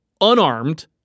unarmed